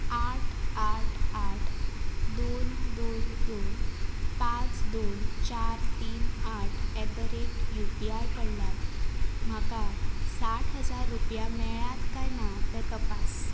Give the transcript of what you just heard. आठ आठ आठ दोन दोन दोन पांच दोन चार तीन आठ एट द रेट यूपीआय कडल्यान म्हाका साठ हजार रुपया मेळ्ळ्यात कांय ना तें तपास